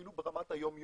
אפילו ברמת היום יום.